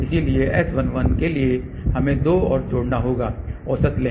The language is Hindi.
इसलिए S11 के लिए हमें दो और जोड़ना होगा औसत लें